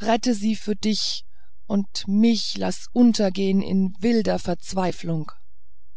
rette sie für dich und mich laß untergehen in wilder verzweiflung